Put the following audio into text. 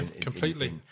completely